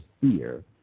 fear